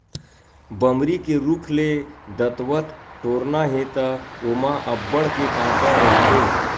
बमरी के रूख ले दतवत टोरना हे त ओमा अब्बड़ के कांटा रहिथे